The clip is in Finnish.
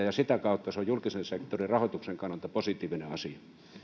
ja sitä kautta se on julkisen sektorin rahoituksen kannalta positiivinen asia